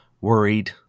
worried